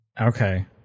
Okay